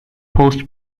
post